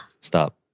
Stop